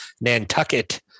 Nantucket